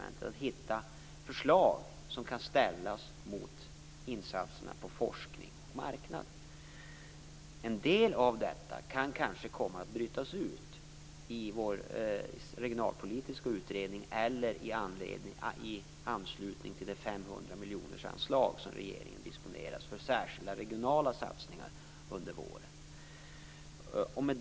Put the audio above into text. Det gäller att hitta förslag som kan ställas mot insatserna inom forskningsoch marknadsområdena. En del av detta kan kanske komma att brytas ut i vår regionalpolitiska utredning eller i anslutning till det anslag på 500 miljoner som regeringen disponerar för särskilda regionala satsningar under våren.